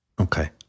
Okay